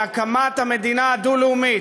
כי זה החוק להקמת המדינה הדו-לאומית.